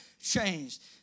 changed